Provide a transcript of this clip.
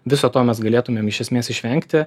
viso to mes galėtumėm iš esmės išvengti